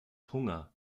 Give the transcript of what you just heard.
hunger